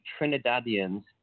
trinidadians